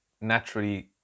naturally